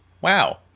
wow